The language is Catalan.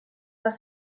les